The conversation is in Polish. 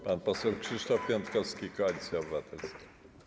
Pan poseł Krzysztof Piątkowski, Koalicja Obywatelska.